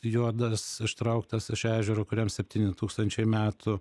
juodas ištrauktas iš ežero kuriam septyni tūkstančiai metų